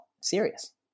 serious